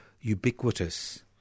ubiquitous